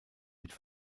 mit